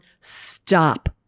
Stop